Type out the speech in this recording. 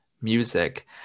music